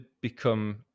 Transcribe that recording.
become